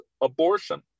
abortion